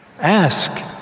Ask